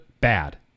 bad